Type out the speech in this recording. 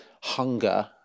hunger